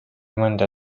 mõnda